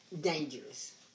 dangerous